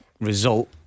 Result